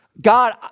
God